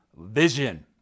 vision